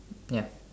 ya